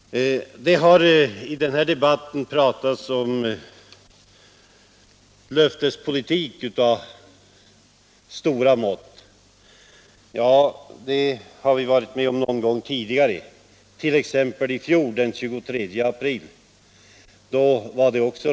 Det har i den här debatten pratats om löftespolitik av stora mått. Ja, det har vi varit med om tidigare, t.ex. den 23 april i fjol.